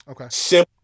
Okay